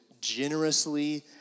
generously